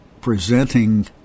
presenting